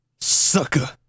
Sucker